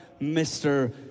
Mr